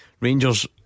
Rangers